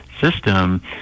system